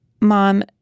Mom